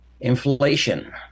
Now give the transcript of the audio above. Inflation